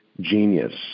genius